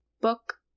book